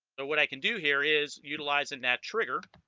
but what i can do here is utilizing that trigger